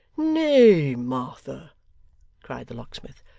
nay, martha cried the locksmith,